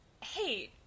hey